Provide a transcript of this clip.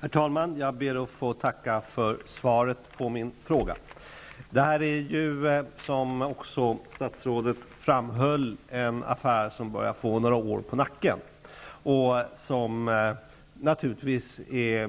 Herr talman! Jag ber att få tacka för svret på min fråga. Som statsrådet också framhöll är det här en affär som börjar få några år på nacken och som natur ligtvis är